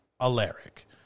Alaric